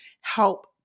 help